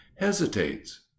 hesitates